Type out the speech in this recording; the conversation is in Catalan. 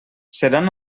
seran